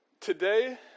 today